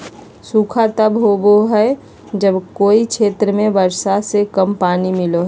सूखा तब होबो हइ जब कोय क्षेत्र के वर्षा से कम पानी मिलो हइ